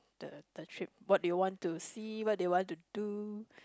the the trip what do you want to see what do you want to do